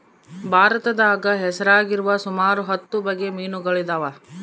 ಭಾರತದಾಗ ಹೆಸರಾಗಿರುವ ಸುಮಾರು ಹತ್ತು ಬಗೆ ಮೀನುಗಳಿದವ